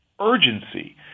urgency